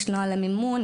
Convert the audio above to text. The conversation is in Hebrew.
יש נוהל למימון,